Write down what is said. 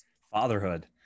fatherhood